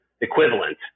equivalent